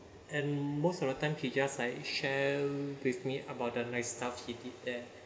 and most of the time he just like share with me about the nice stuffs he did there